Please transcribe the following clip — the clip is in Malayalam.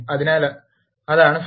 അതിനാൽ അതാണ് ഫലം